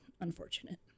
unfortunate